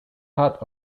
part